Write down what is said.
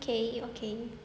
okay okay